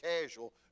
casual